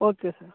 okay sir